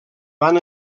van